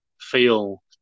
feel